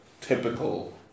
typical